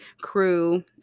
crew